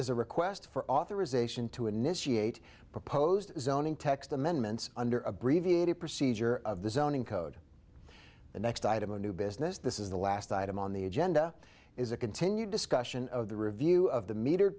is a request for authorization to initiate proposed zoning text amendments under abbreviated procedure of the zoning code the next item of new business this is the last item on the agenda is a continued discussion of the review of the meter